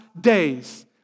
days